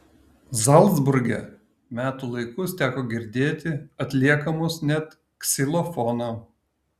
zalcburge metų laikus teko girdėti atliekamus net ksilofono